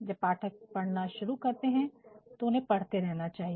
जब पाठक पढ़ना शुरू करते हैं तो उन्हें पढ़ते रहना चाहिए